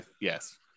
yes